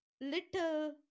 little